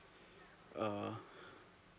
uh